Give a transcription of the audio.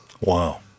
Wow